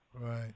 Right